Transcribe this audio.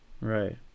Right